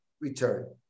return